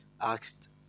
asked